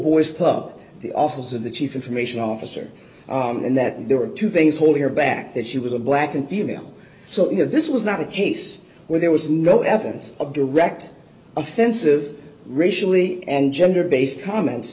boys club the office of the chief information officer in that there were two things holding her back that she was a black and female so you know this was not a case where there was no evidence of direct offensive racially and gender based comments